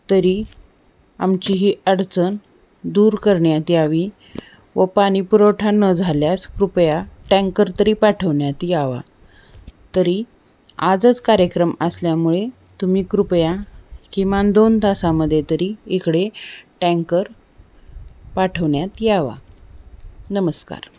तरी आमची ही अडचण दूर करण्यात यावी व पाणी पुरवठा न झाल्यास कृपया टँकर तरी पाठवण्यात यावा तरी आजच कार्यक्रम असल्यामुळे तुम्ही कृपया किमान दोन तासामध्ये तरी इकडे टँकर पाठवण्यात यावा नमस्कार